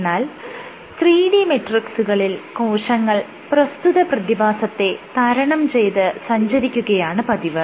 എന്നാൽ 3D മെട്രിക്സുകളിൽ കോശങ്ങൾ പ്രസ്തുത പ്രതിഭാസത്തെ തരണം ചെയ്ത് സഞ്ചരിക്കുകയാണ് പതിവ്